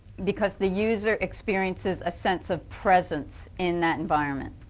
because the user experiences a sense of presence in that environment.